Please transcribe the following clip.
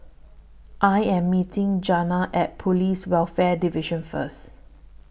I Am meeting Janna At Police Welfare Division First